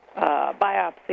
biopsy